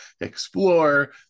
explore